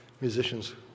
musicians